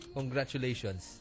Congratulations